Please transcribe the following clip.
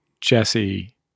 Jesse